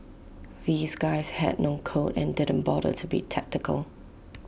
these guys had no code and didn't bother to be tactical